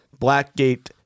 Blackgate